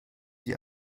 die